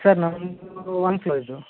sir ನಮ್ದು ಒಂದು ಫ್ಲೋರಿಂದು